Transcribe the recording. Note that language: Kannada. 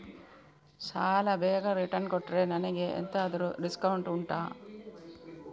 ಸಾಲ ಬೇಗ ರಿಟರ್ನ್ ಕೊಟ್ರೆ ನನಗೆ ಎಂತಾದ್ರೂ ಡಿಸ್ಕೌಂಟ್ ಉಂಟಾ